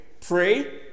pray